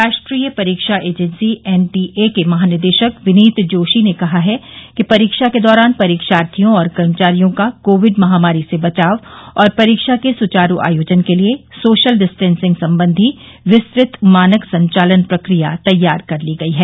राष्ट्रीय परीक्षा agency NTA के महानिदेशक विनीत जोशी ने कहा है कि परीक्षा के दौरान परीक्षार्थियों और कर्मचारियों का कोविड महामारी से बचाव और परीक्षा के सुचारु आयोजन के लिए सोशल डिस्टेंसिंग संबंधी विस्तृत मानक संचालन प्रक्रिया तैयार कर ली गयी है